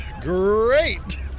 great